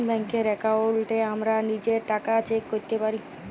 ব্যাংকের একাউন্টে হামরা লিজের টাকা চেক ক্যরতে পারি